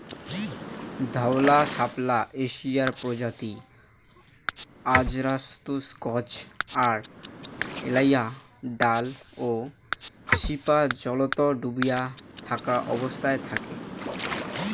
ধওলা শাপলা এশিয়ার প্রজাতি অজরায়ুজ গছ আর এ্যাইলার ডাল ও শিপা জলত ডুবি থাকা অবস্থাত থাকে